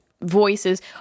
voices